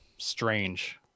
strange